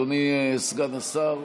אדוני סגן השר,